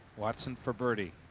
watson for birdie.